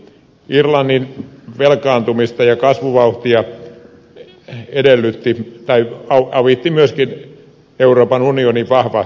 irlannin velkaantumista ja kasvuvauhtia avitti myöskin euroopan unionin vahva tuki